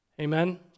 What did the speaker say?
Amen